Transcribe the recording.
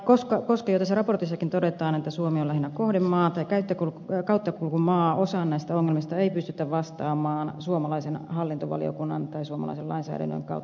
koska jo tässä raportissakin todetaan että suomi on lähinnä kohdemaa tai kauttakulkumaa osaan näistä ongelmista ei pystytä vastaamaan suomalaisen hallintovaliokunnan tai suomalaisen lainsäädännön kautta